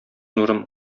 нурым